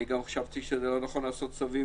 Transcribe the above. אני גם חשבתי שזה לא נכון לעשות לצווים